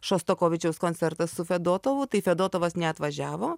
šostakovičiaus koncertas su fedotovu tai fedotovas neatvažiavo